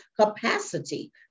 capacity